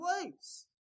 place